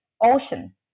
ocean